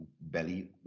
belly